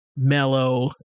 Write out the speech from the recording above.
mellow